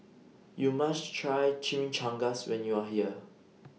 YOU must Try Chimichangas when YOU Are here